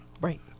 Right